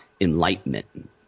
enlightenment